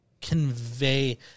convey